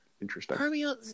Interesting